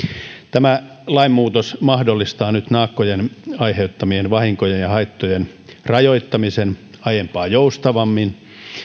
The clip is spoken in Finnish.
tämä lainmuutos mahdollistaa nyt naakkojen aiheuttamien vahinkojen ja haittojen rajoittamisen aiempaa joustavammin